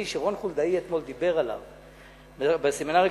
שרון חולדאי אתמול דיבר עליהם בסמינר הקיבוצים,